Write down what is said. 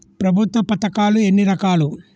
ప్రభుత్వ పథకాలు ఎన్ని రకాలు?